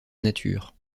nature